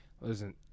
Listen